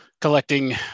collecting